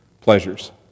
pleasures